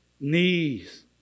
knees